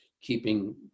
keeping